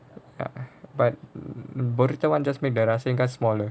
ya but burrito [one] just make the wrestling guy smaller